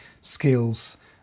skills